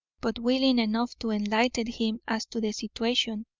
but willing enough to enlighten him as to the situation,